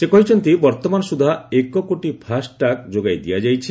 ସେ କହିଛନ୍ତି ବର୍ତ୍ତମାନ ସୁଦ୍ଧା ଏକ କୋଟି ଫାସ୍ଟ୍ୟାଗ୍ ଯୋଗାଇ ଦିଆଯାଇଛି